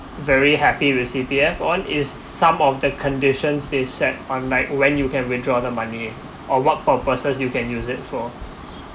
very happy with C_P_F on is some of the conditions they set on like when you can withdraw the money or what purposes you can use it for